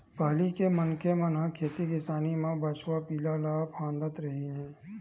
पहिली के मनखे मन ह खेती किसानी म बछवा पिला ल फाँदत रिहिन हे